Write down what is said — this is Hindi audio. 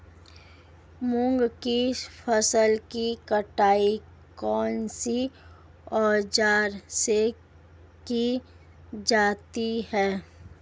मूंग की फसल की कटाई कौनसे औज़ार से की जाती है?